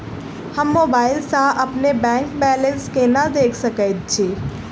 हम मोबाइल सा अपने बैंक बैलेंस केना देख सकैत छी?